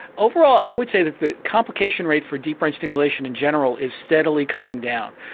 overall i would say that the complication rate for deep brain stimulation in general is steadily coming down.